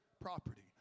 property